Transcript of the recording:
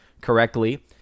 correctly